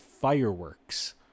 fireworks